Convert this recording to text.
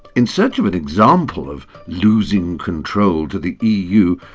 in search of an example of losing control to the eu,